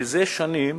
זה שנים